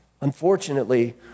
Unfortunately